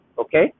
okay